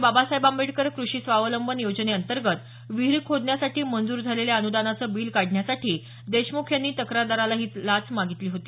बाबासाहेब आंबेडकर कृषी स्वावलंबन योजनेअंतर्गत विहीर खोदण्यासाठी मंजूर झालेल्या अनुदानाचं बील काढण्यासाठी देशमुख यांनी तक्रारदाराला ही लाच मागितली होती